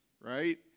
right